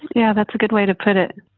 yeah, that's a good way to put it.